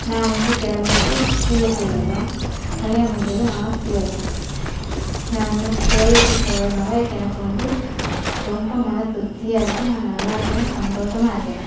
நான் வந்து பிறந்தது சிஎஸ்ஐ பிரிவில் தான் கல்யாணம் முடிஞ்சது ஆர்சியில் தான் நான் கோவிலுக்கு போவதுனால எனக்கு வந்து ரொம்ப மன திருப்தியாக இருக்குது நான் நல்லாயிருக்கேன் சந்தோஷமா இருக்கேன்